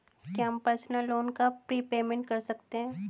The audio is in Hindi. क्या हम पर्सनल लोन का प्रीपेमेंट कर सकते हैं?